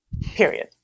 period